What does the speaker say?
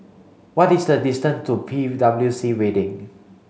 what is the distance to P W C Building